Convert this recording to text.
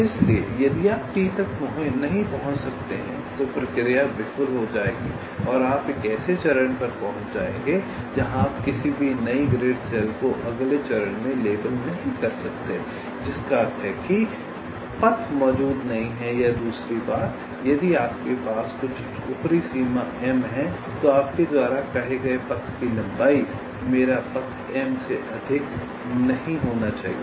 इसलिए यदि आप T तक नहीं पहुंच सकते हैं तो प्रक्रिया विफल हो जाएगी और आप एक ऐसे चरण पर पहुंच जाएंगे जहां आप किसी भी नई ग्रिड सेल को अगले चरण में लेबल नहीं कर सकते जिसका अर्थ है कि पथ मौजूद नहीं है या दूसरी बात यदि आपके पास कुछ ऊपरी सीमा M है तो आपके द्वारा कहे गए पथ की लंबाई मेरा पथ M से अधिक नहीं होना चाहिए